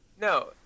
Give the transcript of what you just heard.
No